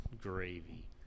gravy